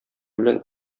белән